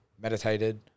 meditated